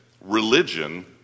religion